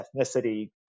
ethnicity